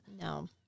No